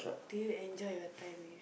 do you enjoy your time with